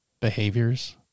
behaviors